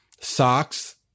socks